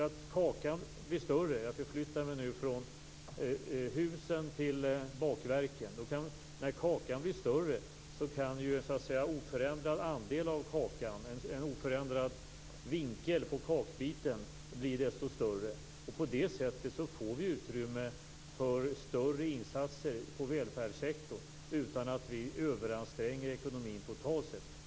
Om jag förflyttar mig från husen till bakverken kan jag säga att när kakan blir större kan en oförändrad vinkel på kakbiten bli desto större. På det sättet får vi utrymme för större insatser i välfärdssektorn utan att vi överanstränger ekonomin totalt sett.